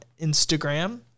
Instagram